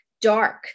dark